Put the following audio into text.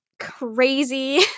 crazy